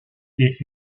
est